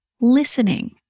listening